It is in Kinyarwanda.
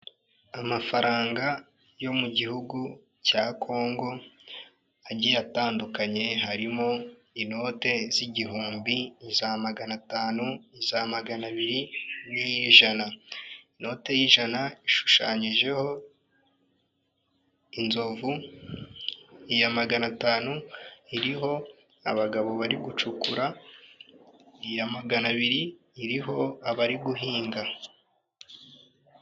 Amafaranga yo mu gihugu cya Congo agiye atandukanye harimo inote z'igihumbi iza magana atanu, za magana abiri, n'iyijana inote. Inote y'ijana ishushanyijeho inzovu iya magana atanu iriho abagabo bari gucukura, iya magana abiri iriho abari guhinga.